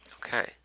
Okay